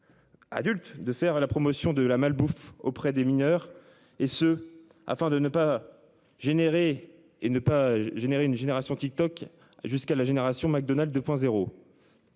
Adultes de faire la promotion de la malbouffe auprès des mineurs et ce afin de ne pas générer et ne pas générer une génération TikTok jusqu'à la génération Mc Donald 2.0.